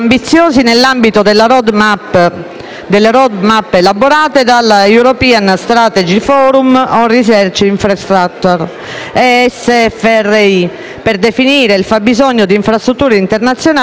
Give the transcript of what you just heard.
delle *roadmap* elaborate dallo European Strategy Forum on Research Infrastructures (ESFRI), per definire il fabbisogno di infrastrutture internazionali di ricerca per il prossimo ventennio.